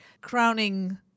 crowning